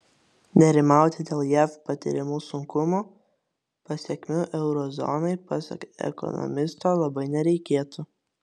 nerimauti dėl jav patiriamų sunkumų pasekmių euro zonai pasak ekonomisto labai nereikėtų